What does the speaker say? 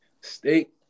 Steak